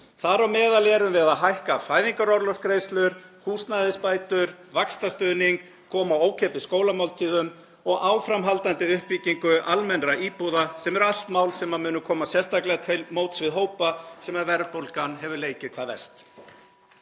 Þar á meðal erum við að hækka fæðingarorlofsgreiðslur, húsnæðisbætur, vaxtastuðning, koma á ókeypis skólamáltíðum og áframhaldandi uppbyggingu (Forseti hringir.) almennra íbúða sem eru allt mál sem munu koma sérstaklega til móts við hópa sem verðbólgan hefur leikið hvað verst.